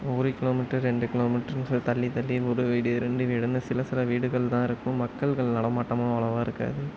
ஒரு கிலோமீட்டர் ரெண்டு கிலோமீட்டர்னு சொல்லி தள்ளித்தள்ளி ஒரு வீடு ரெண்டு வீடுன்னு சில சில வீடுகள்தான் இருக்கும் மக்கள்கள் நடமாட்டமும் அவ்வளோவா இருக்காது